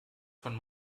von